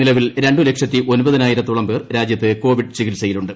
നിലവിൽ രണ്ട് ലക്ഷത്തി ഒൻപതിനായിരത്തോളം പേർ രാജ്യത്ത് കോവിഡ് ചികിത്സയിലുണ്ട്